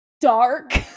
dark